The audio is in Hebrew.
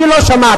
אני לא שמעתי,